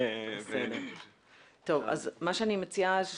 מה שאני מציעה,